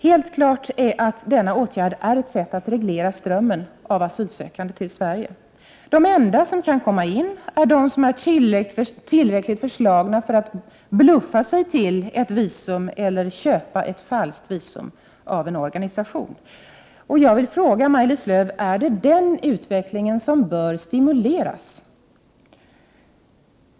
Helt klart är att denna åtgärd är ett sätt att reglera strömmen av asylsökande till Sverige. De enda som kan komma in är de som är tillräckligt förslagna för att bluffa sig till ett visum eller de som kan köpa ett falskt visum av en organisation. Jag vill fråga Maj-Lis Lööw: Är det den utvecklingen som bör stimuleras?